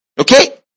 Okay